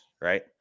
right